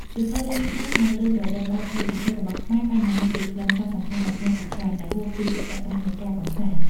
សៀវភៅរឿងខ្មោច និងរឿងប្រឌិតបែបភ័យរន្ធត់របស់ខ្មែរបានបង្ហាញពីខ្លឹមសារសំខាន់ៗជាច្រើន ដែលហួសពីលក្ខណៈនៃការកម្សាន្ត។